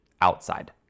outside